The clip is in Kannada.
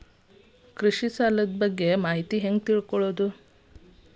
ಕೃಷಿ ಸಾಲದ ಮಾಹಿತಿ ಹೆಂಗ್ ತಿಳ್ಕೊಳ್ಳೋದು?